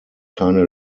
keine